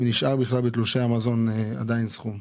ואם נשאר בכלל בתלושי המזון עדיין סכום.